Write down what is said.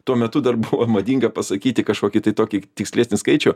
tuo metu dar buvo madinga pasakyti kažkokį tai tokį tikslesnį skaičių